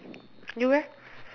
you eh